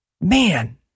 Man